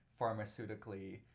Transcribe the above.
pharmaceutically